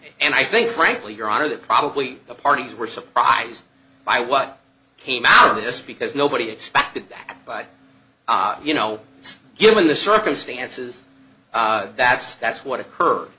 and i think frankly your honor that probably the parties were surprised by what came out of this because nobody expected that but you know given the circumstances that's that's what occurred